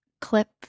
clip